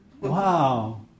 Wow